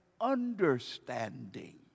understanding